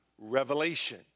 revelation